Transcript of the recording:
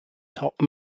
top